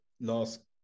last